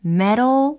metal